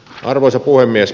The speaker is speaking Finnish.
arvoisa puhemies